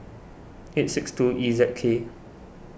eight six two E Z K